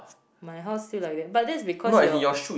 my house feel like that but that's because your